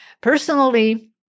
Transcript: Personally